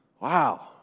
Wow